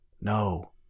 No